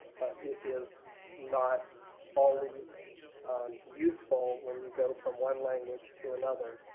is not always useful when you go from one language to another.